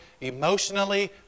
emotionally